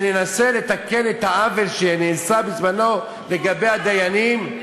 שננסה לתקן את העוול שנעשה בזמנו לגבי הדיינים,